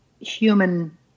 human